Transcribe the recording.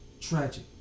Tragic